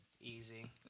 easy